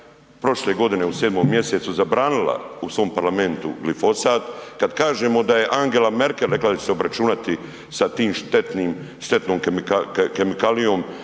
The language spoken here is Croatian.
prošle godine u sedmom mjesecu zabranila u svom Parlamentu glifosat, kad kažemo da je Angela Merkel rekla da će se obračunat sa tim štetnim, štetnom kemikalijom,